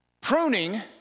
Pruning